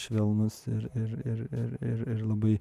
švelnus ir ir ir ir ir labai